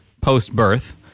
post-birth